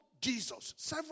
Jesus